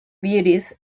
beauties